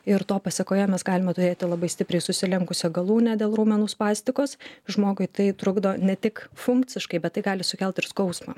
ir to pasekoje mes galime turėti labai stipriai susilenkusią galūnę dėl raumenų spastikos žmogui tai trukdo ne tik funkciškai bet tai gali sukelt ir skausmą